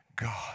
God